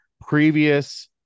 previous